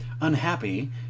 unhappy